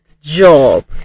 job